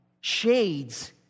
shades